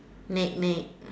Nick Nick